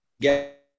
get